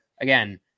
again